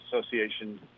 Association